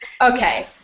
Okay